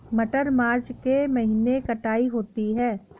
मटर मार्च के महीने कटाई होती है?